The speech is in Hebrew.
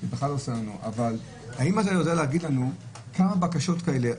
אבל האם אתה יודע להגיד לנו כמה בקשות כאלה יש?